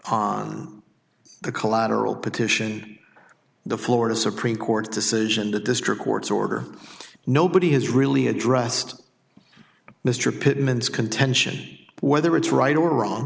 on the collateral petition the florida supreme court's decision the district court's order nobody has really addressed mr pitman's contention whether it's right or wrong